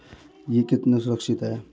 यह कितना सुरक्षित है?